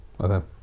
Okay